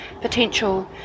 potential